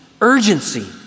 urgency